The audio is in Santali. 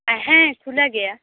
ᱦᱮᱸ ᱠᱷᱩᱞᱟᱹᱣ ᱜᱮᱭᱟ